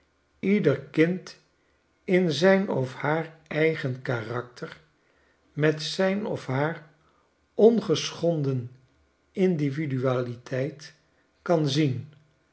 ieder kind in zijn of haar eigen karakter met zijn of haar ongeschonden individualiteit kan zien